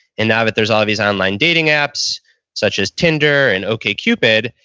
and now that there's all these online dating apps such as tinder and ok cupid,